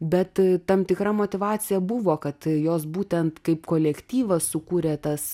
bet tam tikra motyvacija buvo kad jos būtent kaip kolektyvas sukūrė tas